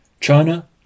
China